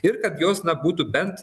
ir kad jos na būtų bent